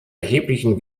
erheblichen